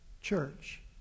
church